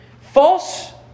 false